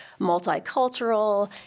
multicultural